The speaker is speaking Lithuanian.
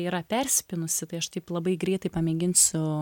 yra persipynusi tai aš taip labai greitai pamėginsiu